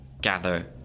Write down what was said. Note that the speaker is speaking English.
gather